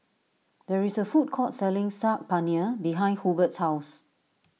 there is a food court selling Saag Paneer behind Hubert's house